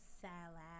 salad